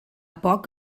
poc